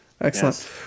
excellent